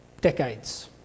decades